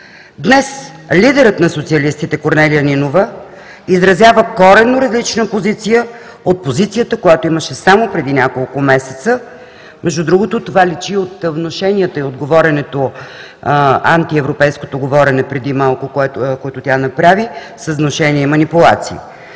Днес, лидерът на социалистите – Корнелия Нинова, изразява коренно различна позиция от позицията, която имаше само преди няколко месеца. Между другото, това личи и от внушенията, и от антиевропейското говорене преди малко, което тя направи с внушения и манипулации.